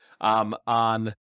on